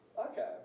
Okay